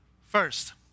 First